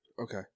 Okay